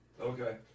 Okay